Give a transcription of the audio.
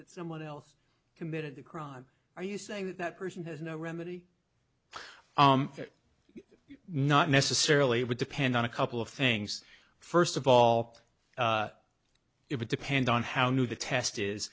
that someone else committed the crime are you saying that person has no remedy not necessarily it would depend on a couple of things first of all it would depend on how new the test is